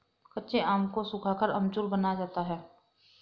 कच्चे आम को सुखाकर अमचूर बनाया जाता है